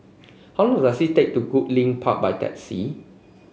how long does it take to get to Goodlink Park by taxi